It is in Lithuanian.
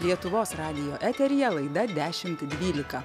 lietuvos radijo eteryje laida dešimt dvylika